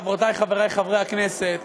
חברותי וחברי חברי הכנסת,